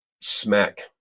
smack